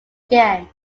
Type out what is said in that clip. again